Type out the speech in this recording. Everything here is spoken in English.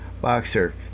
boxer